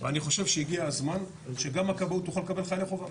ואני חושב שהגיע הזמן שגם הכבאות תוכל לקבל חיילי חובה.